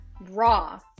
raw